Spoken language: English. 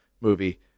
movie